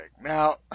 Now